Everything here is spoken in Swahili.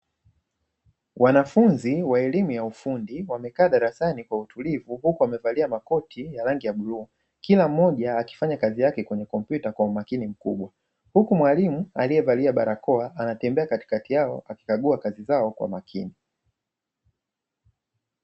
Wanafunzi wa elimu ya ufundi wamekaa darasani kwa utulivu huku wamevalia makoti ya rangi ya bluu, kila mmoja akifanya kazi yake kwenye kompyuta kwa umakini mkubwa, huku mwalimu aliyevalia barakoa anatembea katikati yao akikagua kazi zao kwa umakini.